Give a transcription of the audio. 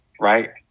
right